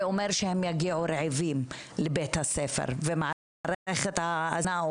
זה אומר שהם יגיעו רעבים לבית הספר ומערכת ההזנה,